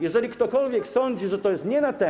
Jeżeli ktokolwiek sądzi, że to jest nie na temat.